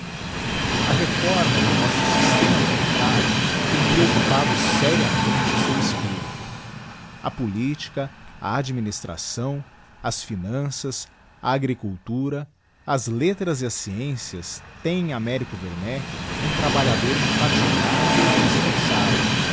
a retorma do nosso systema tributário tem ppíoccupado seriamente o seu espirito a politica a administração as finanças a agricultura as letras e as sciencias teem em américo wemeck um trabalhador infatigável e esforçado